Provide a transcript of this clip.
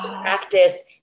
practice